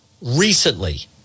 recently